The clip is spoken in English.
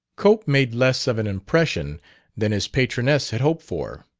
cope made less of an impression than his patroness had hoped for.